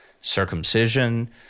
circumcision